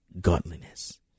godliness